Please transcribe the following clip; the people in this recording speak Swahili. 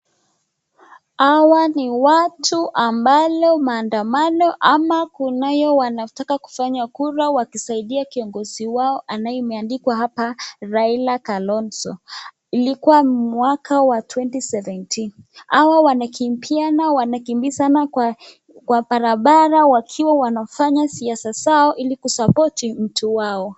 Hawa ni watu ambalo maandamano ama kunayo wanataka kufanya kura wakisaidia kiongozi wao anayo imeandikwa hapa Raila kalanzo. Ilikuwa mwaka wa twenty seventeen .Hao wanakimbia na wanakimbia sana kwa barabara wakiwa wanafanya siasa zao ili kusapoti mtu wao .